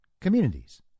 communities